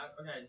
Okay